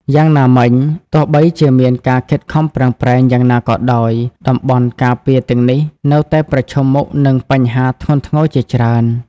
យ៉ាងណាមិញ ទោះបីជាមានការខិតខំប្រឹងប្រែងយ៉ាងណាក៏ដោយ តំបន់ការពារទាំងនេះនៅតែប្រឈមមុខនឹងបញ្ហាធ្ងន់ធ្ងរជាច្រើន។